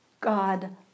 god